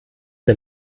the